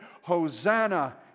Hosanna